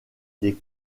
des